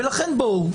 ולכן בואו,